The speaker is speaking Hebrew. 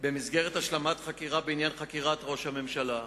במשך עשרה ימים במסגרת חקירת ראש הממשלה.